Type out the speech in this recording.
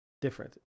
different